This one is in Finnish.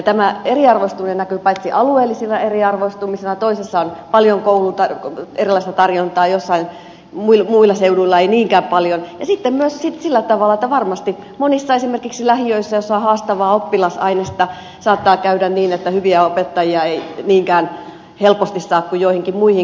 tämä eriarvoistuminen näkyy paitsi alueellisena eriarvoistumisena toisaalla on paljon erilaista tarjontaa joillain muilla seuduilla ei niinkään paljon ja sitten myös sillä tavalla että varmasti esimerkiksi monissa lähiöissä joissa on haastavaa oppilasainesta saattaa käydä niin että hyviä opettajia ei niinkään helposti saa kuin joihinkin muihin kouluihin